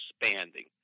expanding